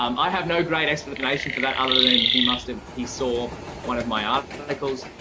um i have no great explanation for that other than he must have. he saw one of my articles.